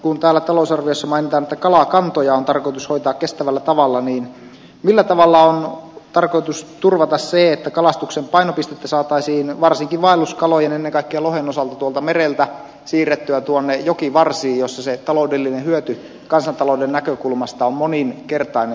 kun täällä talousarviossa mainitaan että kalakantoja on tarkoitus hoitaa kestävällä tavalla niin millä tavalla on tarkoitus turvata se että kalastuksen painopistettä saataisiin varsinkin vaelluskalojen ennen kaikkea lohen osalta mereltä siirrettyä jokivarsiin missä se taloudellinen hyöty kansantalouden näkökulmasta on moninkertainen merikalastukseen verrattuna